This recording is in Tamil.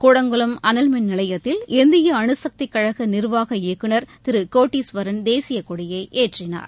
கூடங்குளம் அனல்மின்நிலையத்தில் இந்திய அணுக்தி கழக நிர்வாக இயக்குநர் திரு கோட்டீஸ்வரன் தேசியக்கொடியை ஏற்றினார்